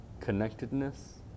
Connectedness